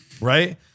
Right